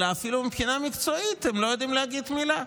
אלא אפילו מבחינה מקצועית הם לא יודעים להגיד מילה.